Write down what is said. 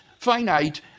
finite